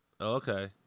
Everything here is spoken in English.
okay